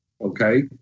okay